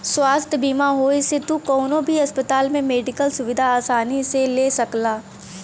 स्वास्थ्य बीमा होये से तू कउनो भी अस्पताल में मेडिकल सुविधा आसानी से ले सकला